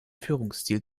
führungsstil